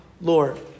Lord